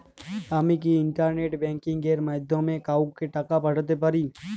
আমি কি internet banking এর মাধ্যমে কাওকে টাকা পাঠাতে পারি?